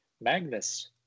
Magnus